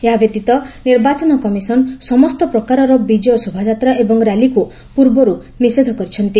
ଏହା ବ୍ୟତୀତ ନିର୍ବାଚନ କମିଶନ୍ ସମସ୍ତ ପ୍ରକାରର ବିଜୟ ଶୋଭାଯାତ୍ରା ଏବଂ ର୍ୟାଲିକୁ ପୂର୍ବରୁ ନିଷେଧ କରିସାରିଛନ୍ତି